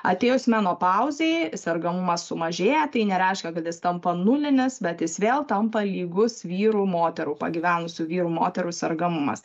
atėjus menopauzei sergamumas sumažėja tai nereiškia kad jis tampa nulinis bet jis vėl tampa lygus vyrų moterų pagyvenusių vyrų moterų sergamumas